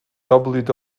wwe